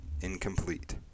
incomplete